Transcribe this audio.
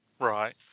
Right